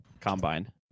combine